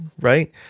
right